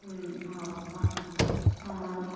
ಹ್ಞೂ ಹೌದಾ ಹಾಂ